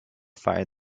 fire